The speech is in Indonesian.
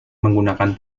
menggunakan